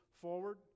forward